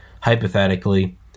hypothetically